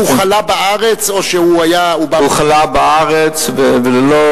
חלה בארץ או שהוא בא, הוא חלה בארץ והוא ללא